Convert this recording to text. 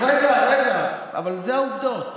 רגע, רגע, אבל אלה העובדות: